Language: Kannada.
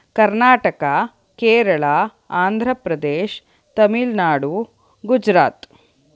ಕರ್ನಾಟಕ ಕೇರಳ ಆಂಧ್ರ ಪ್ರದೇಶ್ ತಮಿಳ್ ನಾಡು ಗುಜರಾತ್